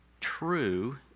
true